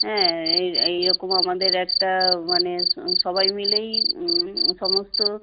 হ্যাঁ এই এই রকম আমাদের একটা মানে সবাই মিলেই সমস্ত